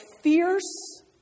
fierce